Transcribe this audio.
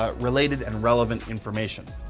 ah related and relevant information.